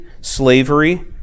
slavery